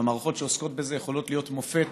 המערכות שעוסקות בזה, יכולות להיות מופת